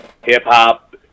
hip-hop